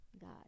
God